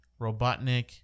Robotnik